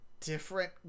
different